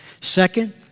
Second